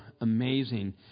amazing